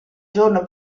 giorno